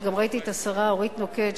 כשגם ראיתי את השרה אורית נוקד,